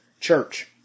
church